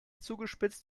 zugespitzt